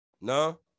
No